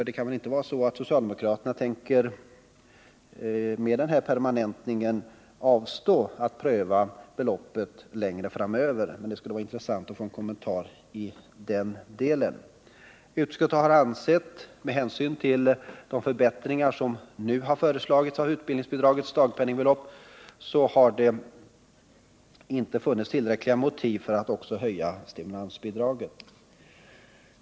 Det kan väl inte vara så att socialdemokraterna i och med den här permanentningen tänker avstå från att pröva beloppet längre fram? Det skulle vara intressant att få en kommentar i den delen. Utskottet har ansett att med hänsyn till de förbättringar som nu har föreslagits av utbildningsbidragets dagpenningbelopp har det inte funnits tillräckliga motiv för att också höja stimulansbidraget.